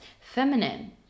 Feminine